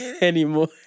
anymore